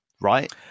right